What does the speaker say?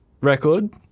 record